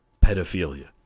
pedophilia